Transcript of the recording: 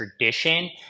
tradition